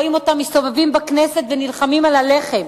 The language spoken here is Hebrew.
רואים אותם מסתובבים בכנסת ונלחמים על הלחם,